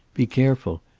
be careful.